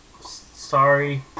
sorry